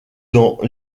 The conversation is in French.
dans